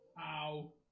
Ow